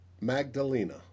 Magdalena